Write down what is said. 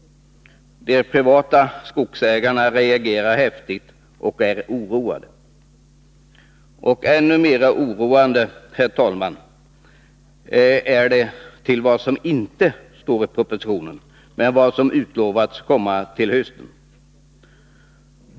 De privata skogsägarna reagerar häftigt och är oroade. Mest oroade är de, herr talman, över ett förslag som inte finns med i propositionen men som har utlovats till hösten.